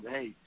hey